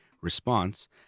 response